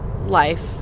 life